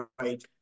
right